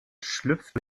schlüpft